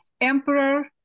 emperor